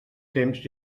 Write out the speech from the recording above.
temps